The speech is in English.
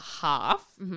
half